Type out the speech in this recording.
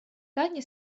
таня